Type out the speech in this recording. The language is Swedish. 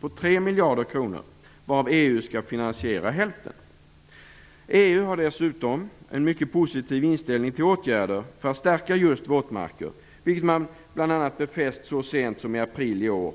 på 3 miljarder kronor, varav EU skall finansiera hälften. EU har dessutom en mycket positiv inställning till åtgärder för att stärka just våtmarker, vilket man bl.a. har befäst i en rapport så sent som i april i år.